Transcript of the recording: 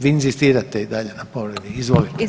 Vi inzistirate i dalje na povredi, izvolite.